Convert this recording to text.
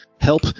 help